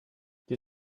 die